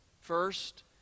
First